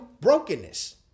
brokenness